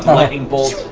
lightning bolt.